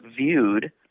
viewed